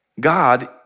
God